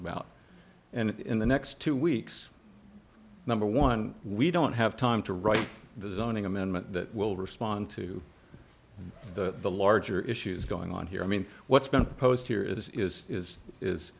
about and in the next two weeks number one we don't have time to write the zoning amendment that will respond to the larger issues going on here i mean what's been posed here is is is is